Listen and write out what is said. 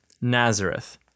Nazareth